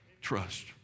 trust